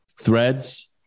threads